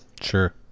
Sure